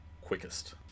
quickest